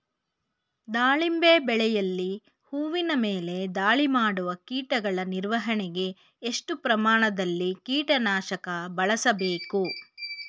ದಾಳಿಂಬೆ ಬೆಳೆಯಲ್ಲಿ ಹೂವಿನ ಮೇಲೆ ದಾಳಿ ಮಾಡುವ ಕೀಟಗಳ ನಿರ್ವಹಣೆಗೆ, ಎಷ್ಟು ಪ್ರಮಾಣದಲ್ಲಿ ಕೀಟ ನಾಶಕ ಬಳಸಬೇಕು?